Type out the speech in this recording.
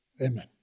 Amen